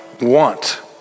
want